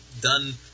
done